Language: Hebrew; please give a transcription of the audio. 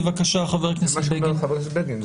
בבקשה, חבר הכנסת בגין.